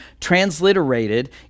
transliterated